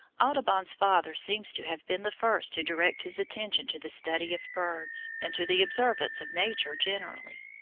audubon's father seems to have been the first to direct his attention to the study of birds, and to the observance of nature generally.